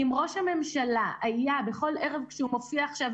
אם ראש הממשלה היה בכל ערב כשהוא מופיע עכשיו